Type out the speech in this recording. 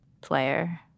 player